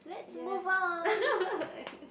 yes